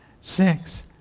six